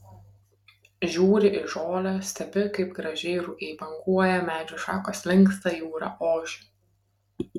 žiūri į žolę stebi kaip gražiai rugiai banguoja medžių šakos linksta jūra ošia